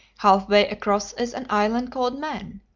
half-way across is an island called man,